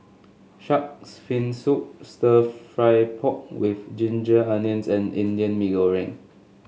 shark's fin soup stir fry pork with Ginger Onions and Indian Mee Goreng